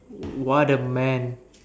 what a man